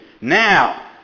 Now